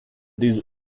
diese